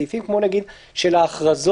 סעיפים כמו נגיד של ההכרזות,